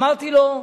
אמרתי לו: